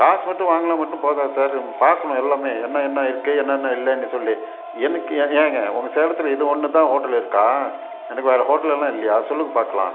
காசு மட்டும் வாங்கினா மட்டும் போதாது சார் பார்க்கணும் எல்லாமே என்ன என்ன இருக்குது என்னென்ன இல்லைன்னு சொல்லி எனக்கு ஏன் ஏங்க உங்கள் சேலத்தில் இது ஒன்றுதான் ஹோட்டலு இருக்கா எனக்கு வேறு ஹோட்டலெல்லாம் இல்லையா சொல்லுங்க பாக்கலாம்